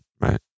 right